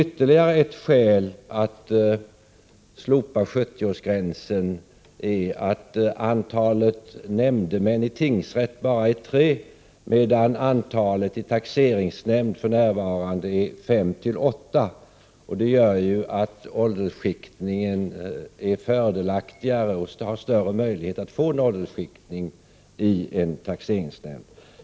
Ytterligare ett skäl att slopa 70-årsgränsen är att antalet nämndemän i tingsrätt bara är tre medan antalet i taxeringsnämnd för närvarande är fem-åtta. Det gör det lättare att få en åldersskiktning i en taxeringsnämnd.